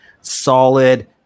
solid